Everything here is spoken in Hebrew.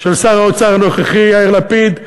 של שר האוצר הנוכחי יאיר לפיד,